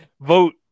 Vote